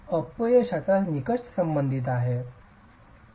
अपयशाचा निकष संबंधित आहे